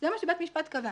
זה מה שבית משפט קבע,